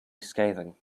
scathing